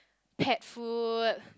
pet food